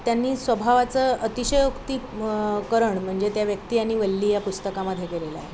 त्यांनी स्वभावाचं अतिशयोक्ति करण म्हणजे त्या व्यक्तीने वल्ली या पुस्तकामध्ये केलेलं आहे